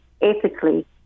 ethically